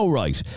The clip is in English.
right